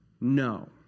No